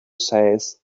says